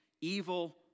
evil